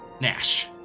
Nash